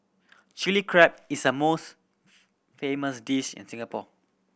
Chilli Crab is a most famous dish in Singapore